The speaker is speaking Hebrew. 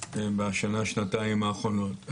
בשנה שנתיים האחרונות.